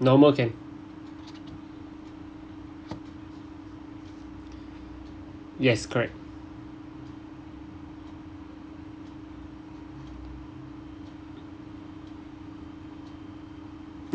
normal can yes correct